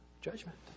judgment